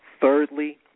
Thirdly